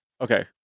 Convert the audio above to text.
okay